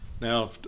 Now